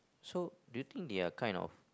so do you think they are kind of